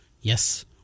yes